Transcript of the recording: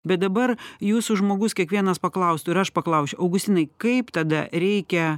bet dabar jūsų žmogus kiekvienas paklaustų ir aš paklausčiau augustinai kaip tada reikia